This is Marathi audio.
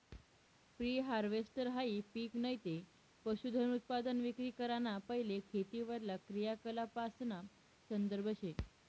प्री हारवेस्टहाई पिक नैते पशुधनउत्पादन विक्री कराना पैले खेतीवरला क्रियाकलापासना संदर्भ शे